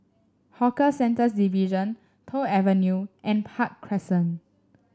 Hawker Centres Division Toh Avenue and Park Crescent